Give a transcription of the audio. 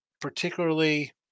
particularly